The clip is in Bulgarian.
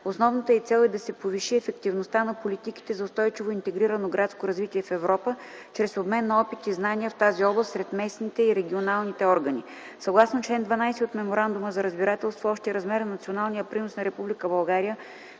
Основната й цел е да се повиши ефективността на политиките за устойчиво интегрирано градско развитие в Европа чрез обмен на опит и знания в тази област сред местните и регионалните органи. Съгласно чл. 12 от меморандума за разбирателство общият размер на националния принос на Република България